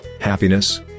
happiness